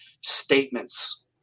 statements